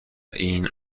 این